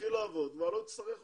יתחיל לעבוד ואחר כך לא יצטרך אותנו.